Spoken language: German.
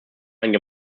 einen